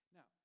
Now